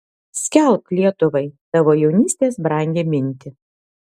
skelbk lietuvai tavo jaunystės brangią mintį